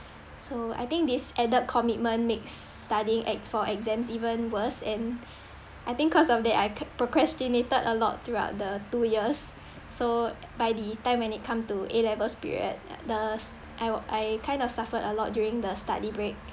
so I think this added commitment makes studying ec~ for exams even worse and I think cause of that I kept procrastinated a lot throughout the two years so by the time when it come to A levels period the I or I kind of suffered a lot during the study break